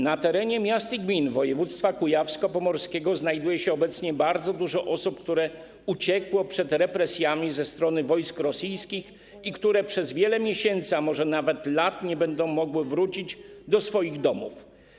Na terenie miast i gmin województwa kujawsko-pomorskiego znajduje się obecnie bardzo dużo osób, które uciekło przed represjami ze strony wojsk rosyjskich i które przez wiele miesięcy, a może nawet lat, nie będą mogły wrócić do swoich domów.